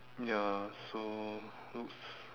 ya so looks